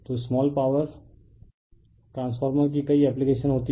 तो small power transformer की कई एप्लीकेशन होती हैं